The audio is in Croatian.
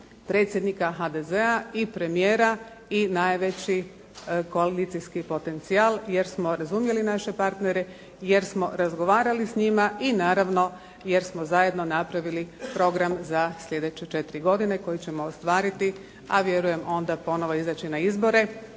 predsjednika HDZ-a i premijera i najveći koalicijski potencijal, jer smo razumjeli naše partnere, jer smo razgovarali s njima i naravno jer smo zajedno napravili program za sljedeće četiri godine koji ćemo ostvariti, a vjerujem onda ponovo izaći na izbore